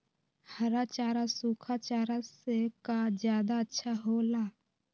हरा चारा सूखा चारा से का ज्यादा अच्छा हो ला?